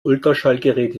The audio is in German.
ultraschallgerät